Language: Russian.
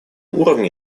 уровне